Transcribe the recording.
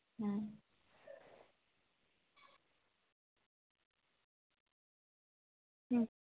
ᱦᱮᱸ ᱦᱩᱸ